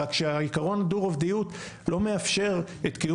רק שעיקרון הדו רובדיות לא מאפשר את קיום